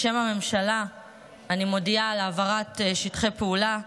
אני מודיעה בשם הממשלה על העברת שטחי פעולה.